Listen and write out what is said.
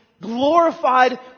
glorified